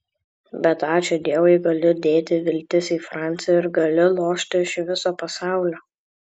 bet ačiū dievui galiu dėti viltis į francį ir galiu lošti iš viso pasaulio